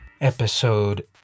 episode